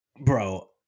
Bro